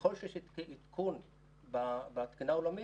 ככל שיש עדכון בתקינה העולמית,